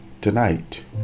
tonight